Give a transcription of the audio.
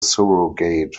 surrogate